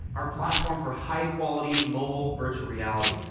our platform for high-quality mobile virtual reality.